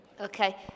Okay